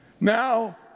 Now